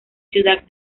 ciudad